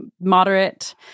moderate